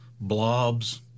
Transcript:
blobs